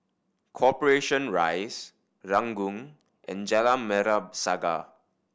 Corporation Rise Ranggung and Jalan Merah Saga